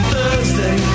Thursday